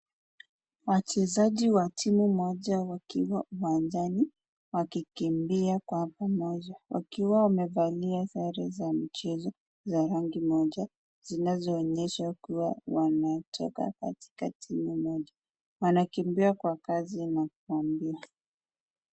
Wachezaji wa timu moja wakiwa uwanjani wakikimbia kwa pamoja wakiwa wamevalia sare za michezo za rangi moja zinazoonyesha kuwa wanatoka katika timu moja. Wanakimbia kwa kasi na kwa mbio.